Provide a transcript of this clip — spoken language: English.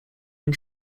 and